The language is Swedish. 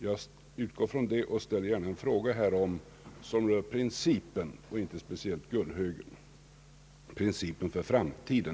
Jag utgår från detta och ställer en fråga om vilken princip som skall gälla för framtiden.